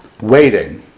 waiting